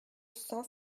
cent